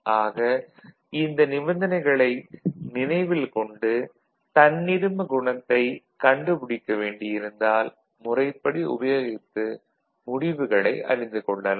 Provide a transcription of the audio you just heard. ஆக இந்த நிபந்தனைகளை நினைவில் கொண்டு தன்னிரும குணத்தை கண்டுபிடிக்க வேண்டியிருந்தால் முறைப்படி உபயோகித்து முடிவுகளை அறிந்து கொள்ளலாம்